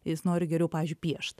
jis nori geriau pavyzdžiui piešt